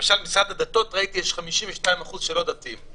במשרד הדתות, למשל, 52% לא דתיים.